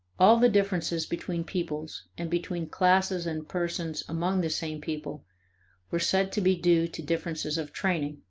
all the differences between peoples and between classes and persons among the same people were said to be due to differences of training,